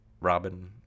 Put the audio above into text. Robin